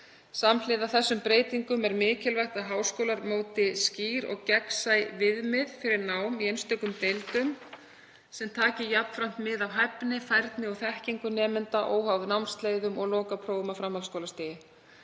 Samhliða þessum breytingum er mikilvægt að háskólar móti skýr og gegnsæ viðmið fyrir nám í einstökum deildum sem taki jafnframt mið af hæfni, færni og þekkingu nemenda óháð námsleiðum og lokaprófum á framhaldsskólastigi.